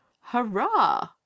hurrah